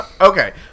Okay